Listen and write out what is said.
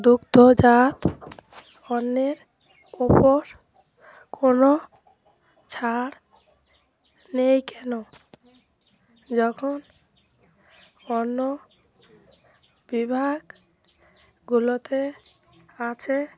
দুগ্ধজাত অন্যেরপর কোনো ছাড় নেই কেন যখন অন্য বিভাগগুলোতে আছে